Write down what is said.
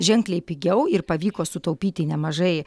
ženkliai pigiau ir pavyko sutaupyti nemažai